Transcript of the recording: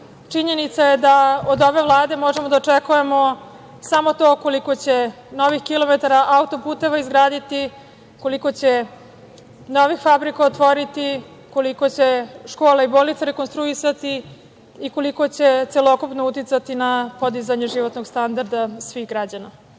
Činjenica je da od ove Vlade možemo da očekujemo samo to koliko će novih kilometara autoputeva izgraditi, koliko će novih fabrika otvoriti, koliko će škole i bolnice rekonstruisati i koliko će celokupno uticati na podizanje životnog standarda svih građana. Uvaženi